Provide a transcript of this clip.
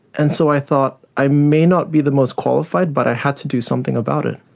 and so i thought i may not be the most qualified but i had to do something about it.